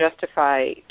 justify